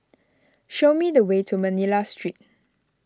show me the way to Manila Street